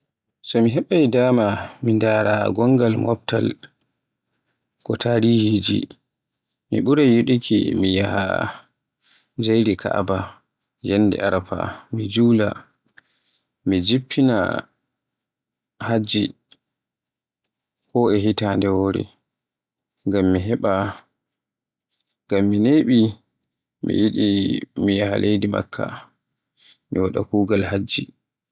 So mi heɓaay dama mi ndaara gongal moftal ko tarihiiji, mi ɓuray yiɗuki mi yaha njayri Ka'aba nyande Arafa, mi juula, mi jiffina Hajji ko e hitande wore, ngam mi neɓi mi yiɗi mi yaaha leydi Makka mi waɗa kugaal Hajji.